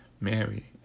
Mary